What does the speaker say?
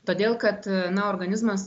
todėl kad na organizmas